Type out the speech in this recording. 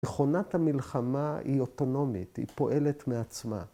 ‫מכונת המלחמה היא אוטונומית, ‫היא פועלת מעצמה.